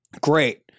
great